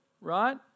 right